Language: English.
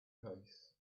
peace